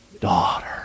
daughter